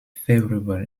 favourable